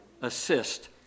assist